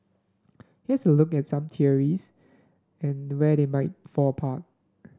here's a look at some theories and where they might fall apart